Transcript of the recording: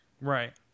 Right